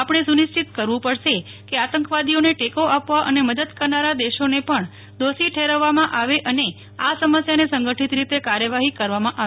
આપણે સુનિશ્ચિત કરવું પડશે કે આતંકવાદીઓને ટેકો આપવા અને મદદ કરનારા દેશોને પણ દોષી ઠેરવવામાં આવે અને આ સમસ્યાને સંગઠિત રીતે કાર્યવાહી કરવામાં આવે